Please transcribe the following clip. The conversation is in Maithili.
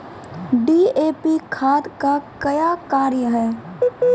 डी.ए.पी खाद का क्या कार्य हैं?